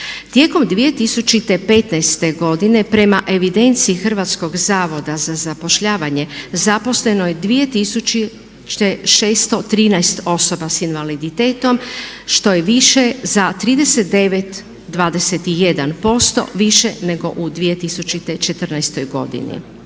Tijekom 2015. godine prema evidenciji Hrvatskog zavoda za zapošljavanje zaposleno je 2613 osoba s invaliditetom što je više za 39,21% nego u 2014. godini.